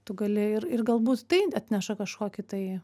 tu gali ir ir galbūt tai atneša kažkokį tai